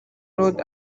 road